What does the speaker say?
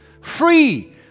Free